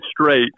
straight